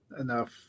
enough